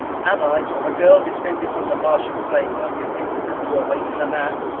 am i, a girl descended from the martian flame-workers, impotent to awaken a man?